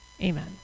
Amen